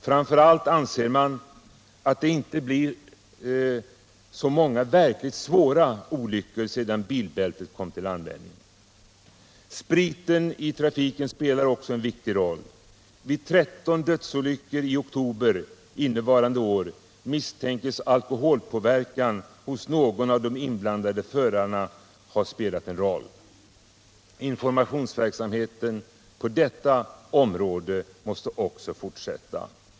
Framför allt anser man att det inte blir så många verkligt svåra olyckor, sedan bilbältet kom till användning. 7 Spriten i trafiken spelar också en viktig roll. Vid 13 dödsolyckor i oktober innevarande år misstänks alkoholpåverkan hos någon av de inblandade förarna. Informationsverksamheten också på detta område måste fortsätta.